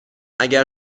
اگر